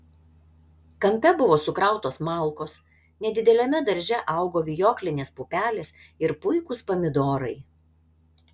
kampe buvo sukrautos malkos nedideliame darže augo vijoklinės pupelės ir puikūs pomidorai